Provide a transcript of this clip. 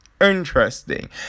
interesting